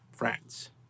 France